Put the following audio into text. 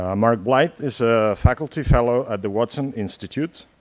ah mark blyth is a faculty fellow at the watson institute,